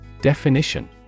Definition